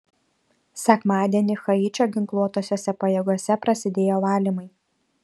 sekmadienį haičio ginkluotosiose pajėgose prasidėjo valymai